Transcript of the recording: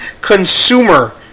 consumer